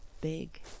big